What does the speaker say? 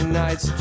nights